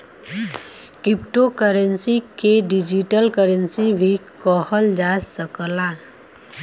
crypto currency के digital currency भी कहल जा सकला